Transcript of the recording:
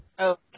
Okay